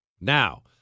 Now